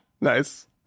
Nice